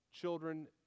Children